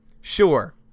Sure